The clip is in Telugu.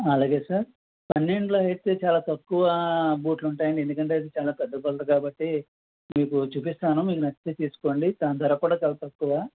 అలాగే సార్ పన్నెండులో అయితే చాలా తక్కువ బూట్లు ఉంటాయండి ఎందుకంటే అది చాలా పెద్ద కొలత కాబట్టి మీకు చూపిస్తాను మీకు నచ్చితే తీసుకోండి దాని ధర కూడా చాలా తక్కువ